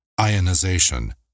ionization